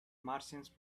martians